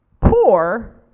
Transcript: poor